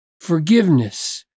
forgiveness